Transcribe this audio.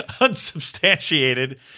unsubstantiated